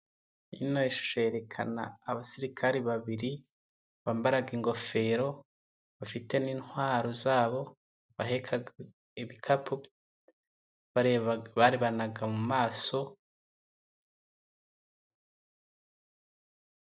Ino shusho yerekana abasirikare babiri, bambara ingofero, bafite n'intwaro zabo baheka ibikapu, barebana mu maso.